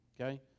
okay